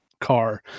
car